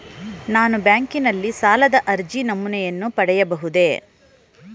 ನಾನು ಬ್ಯಾಂಕಿನಲ್ಲಿ ಸಾಲದ ಅರ್ಜಿ ನಮೂನೆಯನ್ನು ಪಡೆಯಬಹುದೇ?